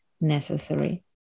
necessary